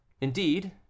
indeed